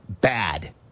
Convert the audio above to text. bad